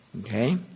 Okay